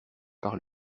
par